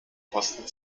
posten